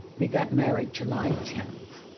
we got married july tenth,